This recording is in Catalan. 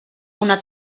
una